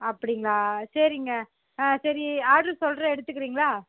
அப்படிங்களா சரிங்க ஆ சரி ஆர்டர் சொல்கிறேன் எடுத்துக்கிறீங்களா